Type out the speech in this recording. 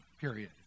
period